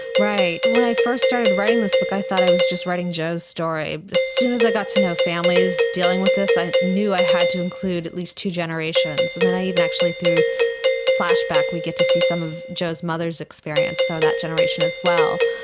right. when i first started writing this book i thought i was just writing joe's story. but as soon as i got to know families dealing with this i knew i had to include at least two generations. and then i even actually, through flashback we get to see some of joe's mother's experience, so that generation as well.